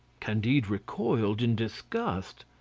candide recoiled in disgust.